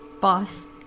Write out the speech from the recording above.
Boss